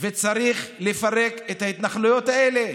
וצריך לפרק את ההתנחלויות האלה.